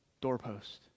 doorpost